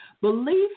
Belief